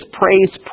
praise